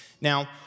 Now